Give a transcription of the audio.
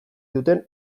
duten